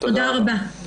תודה רבה.